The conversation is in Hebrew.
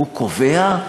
הוא קובע,